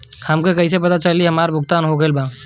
हमके कईसे पता चली हमार भुगतान हो गईल बा?